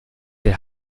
der